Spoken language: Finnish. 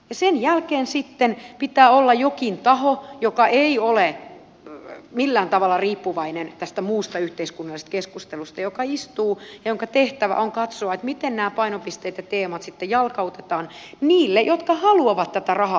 sen jälkeen sitten pitää olla jokin taho joka ei ole millään tavalla riippuvainen tästä muusta yhteiskunnallisesta keskustelusta joka istuu ja jonka tehtävä on katsoa miten nämä painopisteet ja teemat sitten jalkautetaan niille jotka haluavat tätä rahaa hakea